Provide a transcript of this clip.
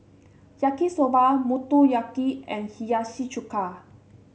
Yaki Soba Motoyaki and Hiyashi Chuka